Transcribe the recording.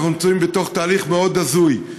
שאנחנו מצויים בתוך תהליך מאוד הזוי.